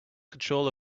control